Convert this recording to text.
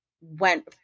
went